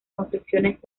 construcciones